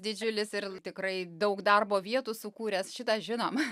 didžiulis ir tikrai daug darbo vietų sukūręs šitą žinom